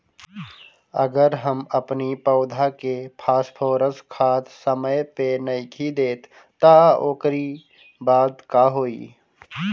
अगर हम अपनी पौधा के फास्फोरस खाद समय पे नइखी देत तअ ओकरी बाद का होई